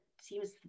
seems